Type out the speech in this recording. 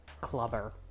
clubber